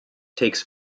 takes